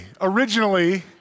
Originally